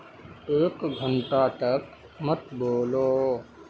ایک گھنٹہ تک مت بولو